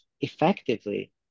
effectively